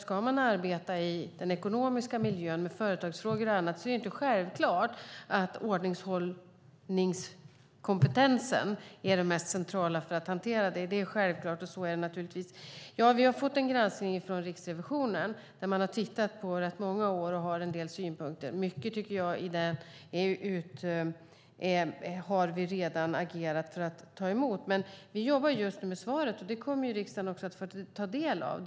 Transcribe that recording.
Ska man arbeta i den ekonomiska miljön med företagsfrågor och annat är det inte självklart att ordningshållningskompetensen är den mest centrala för att hantera de frågorna. Ja, vi har fått en granskning från Riksrevisionen, som tittat på rätt många år och har en del synpunkter. Vi har redan agerat för att ta emot mycket av det som där sägs. Vi jobbar just nu med svaret, och det kommer riksdagen att få ta del av.